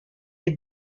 est